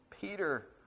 Peter